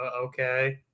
Okay